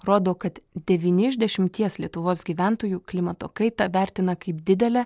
rodo kad devyni iš dešimties lietuvos gyventojų klimato kaitą vertina kaip didelę